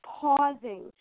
pausing